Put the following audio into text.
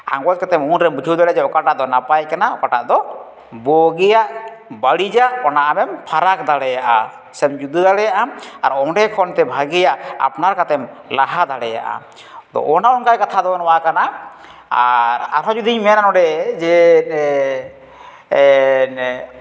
ᱟᱸᱜᱚᱪ ᱠᱟᱛᱮᱫ ᱢᱚᱱᱨᱮᱢ ᱵᱩᱡᱷᱟᱹᱣ ᱫᱟᱲᱮᱭᱟᱜᱼᱟ ᱡᱮ ᱚᱠᱟᱴᱟᱜ ᱫᱚ ᱱᱟᱯᱟᱭ ᱠᱟᱱᱟ ᱚᱠᱟᱴᱟᱜ ᱫᱚ ᱵᱩᱜᱤᱭᱟᱜ ᱵᱟᱹᱲᱤᱡᱟᱜ ᱚᱱᱟ ᱟᱢᱮᱢ ᱯᱷᱟᱨᱟᱠ ᱫᱟᱲᱮᱭᱟᱜᱼᱟ ᱥᱮᱢ ᱡᱩᱫᱟᱹ ᱫᱟᱲᱮᱭᱟᱜ ᱟᱢ ᱟᱨ ᱚᱸᱰᱮ ᱠᱷᱚᱱᱛᱮ ᱵᱷᱟᱹᱜᱤᱭᱟᱜ ᱟᱯᱱᱟᱨ ᱠᱟᱛᱮᱢ ᱞᱟᱦᱟ ᱫᱟᱲᱮᱭᱟᱜᱼᱟ ᱟᱫᱚ ᱚᱱᱮ ᱚᱱᱠᱟ ᱠᱟᱛᱷᱟ ᱫᱚ ᱱᱚᱣᱟ ᱠᱟᱱᱟ ᱟᱨ ᱟᱨᱦᱚᱸ ᱡᱩᱫᱤᱢ ᱧᱮᱞᱟ ᱱᱚᱸᱰᱮ ᱡᱮ ᱮᱸᱜ